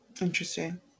interesting